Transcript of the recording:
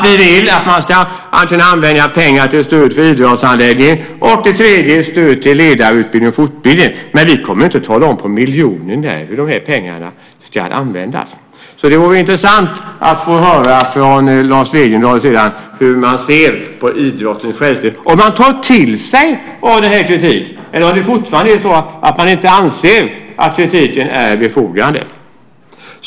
Vi vill att man ska använda pengarna till stöd för idrottsanläggningar och till stöd för ledarutbildning och fortbildning, men vi kommer inte att tala om på miljonen när hur de här pengarna ska användas. Det vore intressant att höra från Lars Wegendal hur man ser på idrottens självständighet och om man tar till sig den här kritiken eller om man fortfarande inte anser att kritiken är befogad.